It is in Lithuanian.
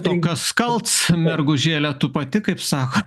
o kas kalts mergužėle tu pati kaip sako